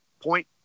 point